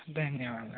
ధన్యవాదాలు